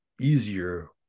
easier